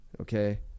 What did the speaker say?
Okay